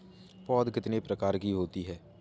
पौध कितने प्रकार की होती हैं?